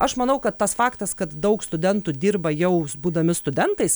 aš manau kad tas faktas kad daug studentų dirba jau būdami studentais